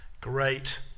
Great